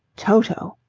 toto.